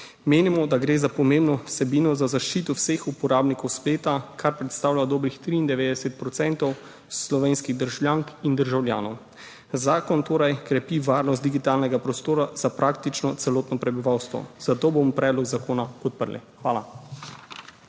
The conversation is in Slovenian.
Menimo, da gre za pomembno vsebino za zaščito vseh uporabnikov spleta, kar predstavlja dobrih 93 % slovenskih državljank in državljanov. Zakon torej krepi varnost digitalnega prostora za praktično celotno prebivalstvo, zato bomo predlog zakona podprli. Hvala.